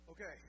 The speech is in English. Okay